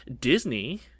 Disney